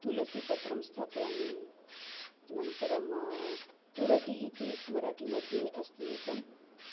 तुलसीपत्रं स्थापयामि अनन्तरं तुरटि इति मराठिमध्ये अस्ति एकम्